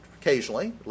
occasionally